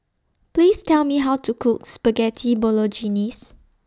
Please Tell Me How to Cook Spaghetti Bolognese